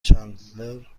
چندلر